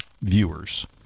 viewers